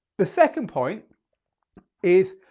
the second point is,